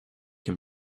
him